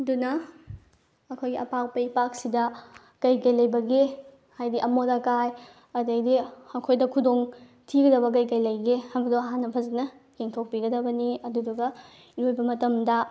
ꯑꯗꯨꯅ ꯑꯩꯈꯣꯏꯒꯤ ꯑꯄꯥꯛꯄ ꯏꯄꯥꯛꯁꯤꯗ ꯀꯩ ꯀꯩ ꯂꯩꯕꯒꯦ ꯍꯥꯏꯗꯤ ꯑꯃꯣꯠ ꯑꯀꯥꯏ ꯑꯗꯩꯗꯤ ꯑꯩꯈꯣꯏꯗ ꯈꯨꯗꯣꯡ ꯊꯤꯒꯗꯕ ꯀꯩ ꯀꯩ ꯂꯩꯒꯦ ꯍꯥꯏꯕꯗꯨ ꯍꯥꯟꯅ ꯐꯖꯅ ꯌꯦꯡꯊꯣꯛꯄꯤꯒꯗꯕꯅꯤ ꯑꯗꯨꯗꯨꯒ ꯏꯔꯣꯏꯕ ꯃꯇꯝꯗ